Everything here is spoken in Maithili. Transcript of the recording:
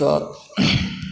तऽ चऽ